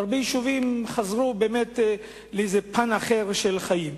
והרבה יישובים חזרו, באמת, לאיזה פן אחר של חיים.